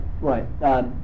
Right